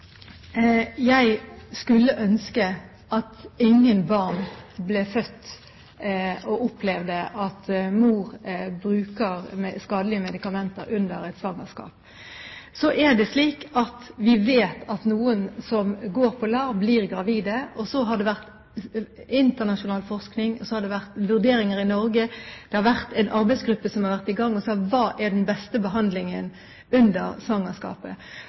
Jeg skulle ønske at ingen barn opplevde at mor bruker skadelige medikamenter under svangerskapet. Men vi vet at noen av kvinnene som går på LAR, blir gravide. Så har det vært internasjonal forskning, det har vært vurderinger i Norge, det har vært en arbeidsgruppe som har sett på hva som er den beste behandlingen under svangerskapet.